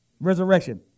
Resurrection